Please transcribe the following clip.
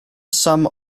some